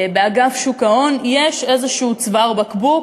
באגף שוק ההון יש איזשהו צוואר בקבוק,